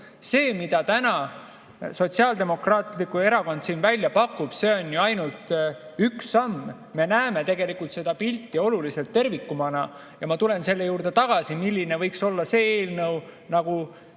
See, mida Sotsiaaldemokraatlik Erakond siin täna välja pakub, on ainult üks samm. Me näeme tegelikult seda pilti oluliselt terviklikumana. Ma tulen selle juurde tagasi, milline võiks olla see eelnõu, nagu